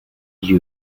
you